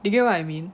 you get what I mean